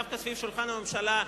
דווקא סביב שולחן הממשלה,